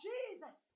Jesus